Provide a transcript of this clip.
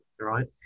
right